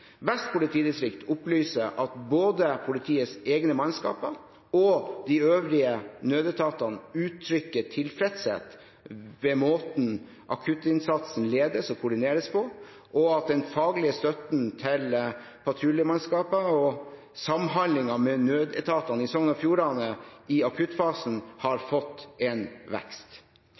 Vest politidistrikt opplyser at både politiets egne mannskaper og de øvrige nødetatene uttrykker tilfredshet ved måten akuttinnsatsen ledes og koordineres på, og at den faglige støtten til patruljemannskapene og samhandlingen med nødetatene i Sogn og Fjordane i akuttfasen har fått en vekst.